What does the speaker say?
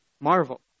Marvel